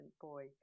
boy